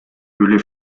öle